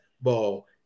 ball